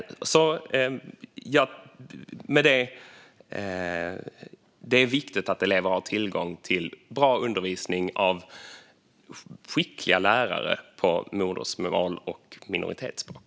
Det är viktigt att elever har tillgång till bra undervisning av skickliga lärare på modersmål och minoritetsspråk.